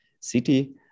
city